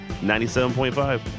97.5